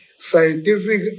scientific